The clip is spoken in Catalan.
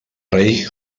rei